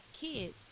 kids